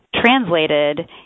translated